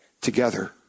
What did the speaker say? together